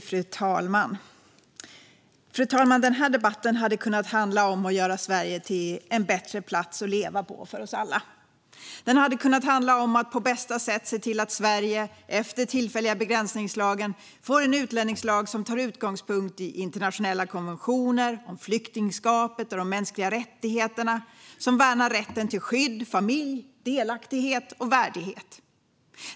Fru talman! Denna debatt hade kunnat handla om att göra Sverige till en bättre plats att leva på för oss alla. Den hade kunnat handla om att på bästa sätt se till att Sverige, efter den tillfälliga begränsningslagen, får en utlänningslag som tar utgångspunkt i internationella konventioner om flyktingskapet och de mänskliga rättigheterna, som värnar rätten till skydd, familj, delaktighet och värdighet.